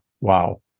wow